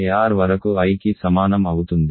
ar వరకు I కి సమానం అవుతుంది